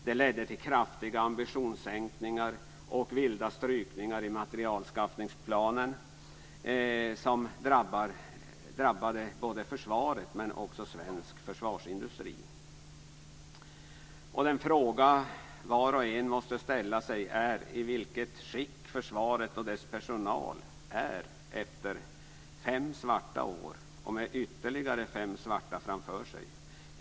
Det ledde till kraftiga ambitionssänkningar och vilda strykningar i materialanskaffningsplanen som drabbade både försvaret och svensk försvarsindustri. Den fråga som var och en måste ställa sig är i vilket skick försvaret och dess personal är efter fem svarta år och med ytterligare fem svarta år framför sig.